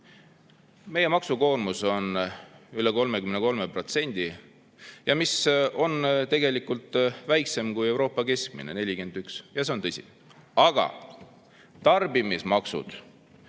meie maksukoormus on üle 33%, mis on tegelikult väiksem kui Euroopa keskmine, 41%. See on tõsi. Aga tarbimismaksud